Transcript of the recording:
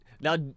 Now